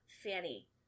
Fanny